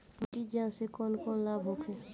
मिट्टी जाँच से कौन कौनलाभ होखे?